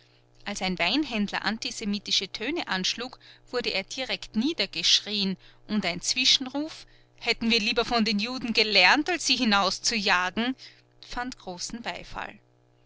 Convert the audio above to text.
als ein weinhändler antisemitische töne anschlug wurde er direkt niedergeschrieen und ein zwischenruf hätten wir lieber von den juden gelernt als sie hinauszujagen fand großen